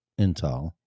Intel